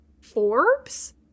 Forbes